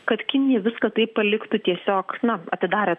kad kinija viską taip paliktų tiesiog na atidarė